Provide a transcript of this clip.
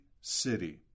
city